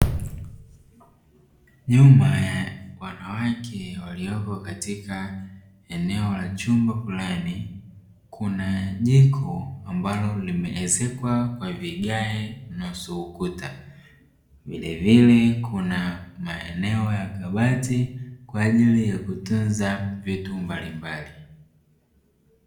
Nyuma ya wanawake walioko katika eneo la chumba fulani kuna jiko ambalo limeezekwa kwa vigae nusu ukuta, vile vile kuna maeneo ya kabati kwa ajili ya kutunza vitu mbali mbali.